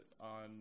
on